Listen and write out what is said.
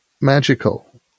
magical